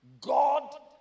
god